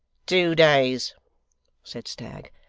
two days said stagg.